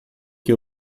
que